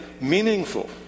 meaningful